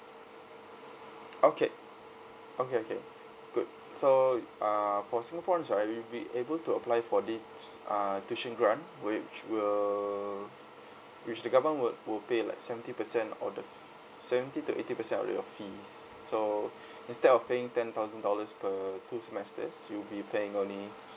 okay okay okay good so uh for singaporeans right you will be able to apply for this uh tuition grant which will which the government would will pay like seventy percent of the seventy to eighty percent of your fees so instead of paying ten thousand dollars per two semesters you'll be paying only